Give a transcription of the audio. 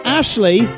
Ashley